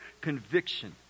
conviction